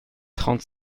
trente